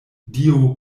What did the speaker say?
dio